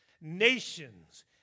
nations